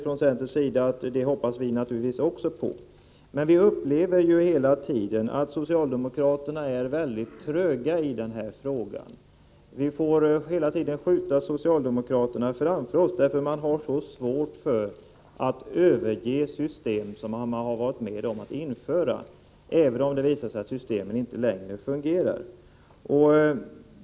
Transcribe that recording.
Från centerns sida hoppas vi naturligtvis också på det. Men vi upplever hela tiden att socialdemokraterna är mycket tröga i denna fråga. Vi får ständigt skjuta socialdemokraterna framför oss, därför att ni har så svårt att överge system som ni har varit med om att införa — även om det visar sig att systemen inte längre fungerar.